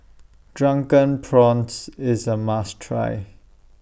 Drunken Prawns IS A must Try